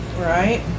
Right